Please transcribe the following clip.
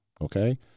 Okay